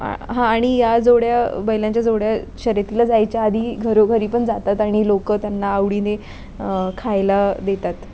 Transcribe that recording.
आ हां आणि या जोड्या बैलांच्या जोड्या शर्यतीला जायच्या आधी घरोघरी पण जातात आणि लोकं त्यांना आवडीने खायला देतात